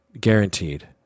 Guaranteed